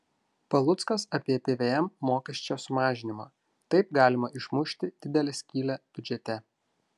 paluckas apie pvm mokesčio sumažinimą taip galima išmušti didelę skylę biudžete